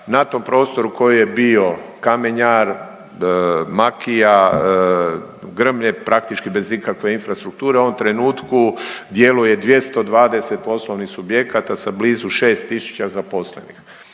Na tom prostoru koji je bio kamenjar, makija, grmlje, praktički bez ikakve infrastrukture, u ovom trenutku djeluje 220 poslovnih subjekata sa blizu 6 tisuća zaposlenih.